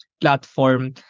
platform